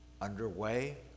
underway